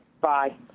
Bye